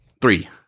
Three